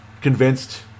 convinced